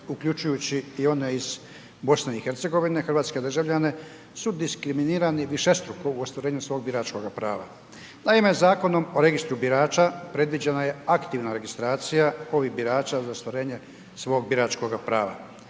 uključujući i one iz BiH, hrvatske državljane, su diskriminirani višestruko u ostvarenju svog biračkoga prava. Naime, Zakonom o registru birača predviđena je aktivna registracija ovih birača za ostvarenje svog biračkoga prava.